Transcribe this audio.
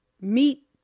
meet